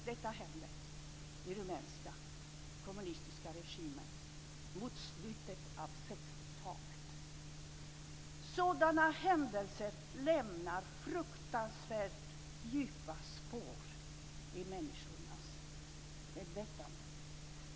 Detta hände under den rumänska kommunistiska regimen mot slutet av 60-talet. Sådana händelser lämnar fruktansvärt djupa spår i människors medvetande.